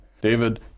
David